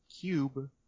Cube